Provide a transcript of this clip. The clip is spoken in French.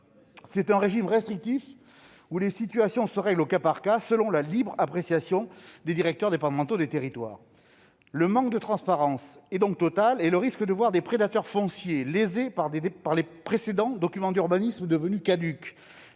C'est un régime restrictif où les situations se règlent au cas par cas, selon la libre appréciation des directeurs départementaux des territoires. Le manque de transparence est donc total, et le risque de voir des prédateurs fonciers lésés par les précédents documents d'urbanisme devenus caducs